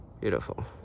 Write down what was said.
Beautiful